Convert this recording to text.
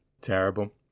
Terrible